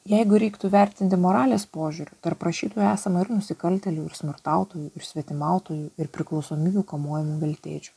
jeigu reiktų vertinti moralės požiūriu tarp rašytojų esama ir nusikaltėlių ir smurtautojų ir svetimautojų ir priklausomybių kamuojamų veltėdžių